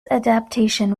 adaptation